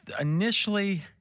initially